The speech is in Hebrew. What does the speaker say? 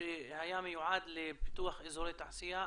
שהיה מיועד לפיתוח אזורי תעשייה,